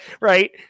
right